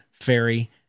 Fairy